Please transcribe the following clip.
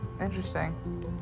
interesting